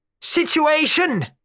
situation